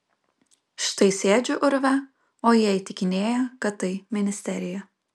štai sėdžiu urve o jie įtikinėja kad tai ministerija